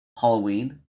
Halloween